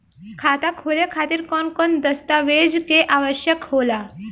खाता खोले खातिर कौन कौन दस्तावेज के आवश्यक होला?